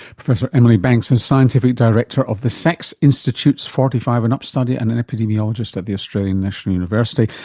professor emily banks, and scientific director of the sax institute's forty five and up study and an epidemiologist at the australian national university,